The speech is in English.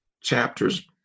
chapters